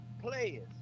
players